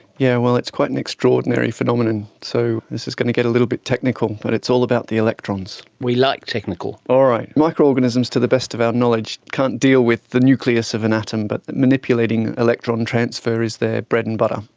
yeah well, it's quite an extraordinary phenomenon. so this is going to get a little bit technical, but it's all about the electrons. we like technical. all right. microorganisms, to the best of our knowledge, can't deal with the nucleus of an atom, but manipulating electron transfer is their bread and butter.